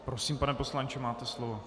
Prosím, pane poslanče, máte slovo.